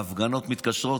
ההפגנות מתקשרות